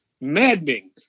maddening